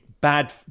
bad